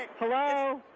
hello,